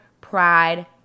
pride